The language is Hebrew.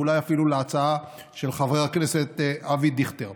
ואולי אפילו להצעה של חבר הכנסת אבי דיכטר.